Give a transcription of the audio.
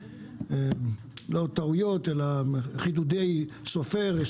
לא טעויות אלא חידודי סופר,